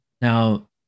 Now